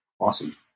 Awesome